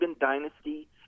dynasty